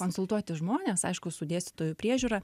konsultuoti žmones aišku su dėstytojų priežiūra